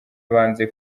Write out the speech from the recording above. banze